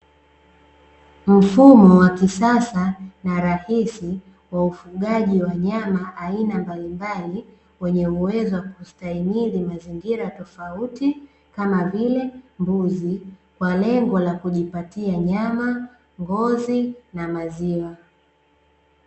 Mfumo wa kisasa na rahisi wa ufugaji wanyama aina mbalimbali, wenye uwezo wa kustahimili mazingira tofauti kama vile mbuzi; kwa lengo la kujipatia nyama, ngozi na maziwa.